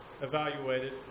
evaluated